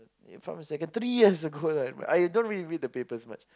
from secondary three years ago lah I don't really read the papers much